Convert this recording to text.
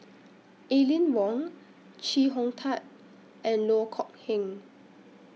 Aline Wong Chee Hong Tat and Loh Kok Heng